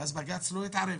ואז בג"ץ לא יתערב.